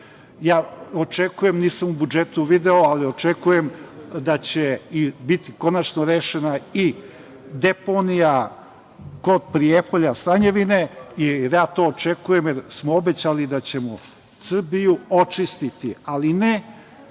očekujem, nisam u budžetu video, ali očekujem da će biti konačno rešena i deponija kod Prijepolja i ja to očekujem, jer smo obećali da ćemo Srbiju očistiti, ali ne